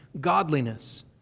godliness